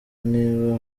niba